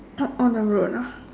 top on the road ah